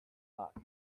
luck